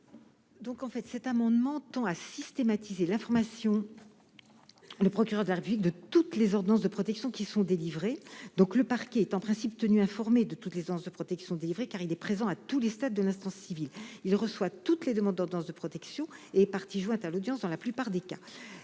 ? Le présent amendement tend à systématiser l'information du procureur de la République de toutes les ordonnances de protection qui sont délivrées. Le parquet est en principe tenu informé, car il est présent à tous les stades de l'instance civile. Il reçoit toutes les demandes d'ordonnance de protection et il est partie jointe à l'audience dans la plupart des cas.